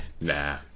Nah